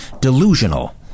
delusional